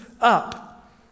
up